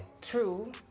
True